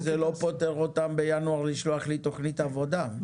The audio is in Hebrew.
וזה לא פותר אותם בינואר מלשלוח לי תוכנית עבודה,